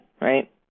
right